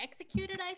executed